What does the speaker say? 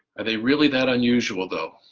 are they really that unusual, though?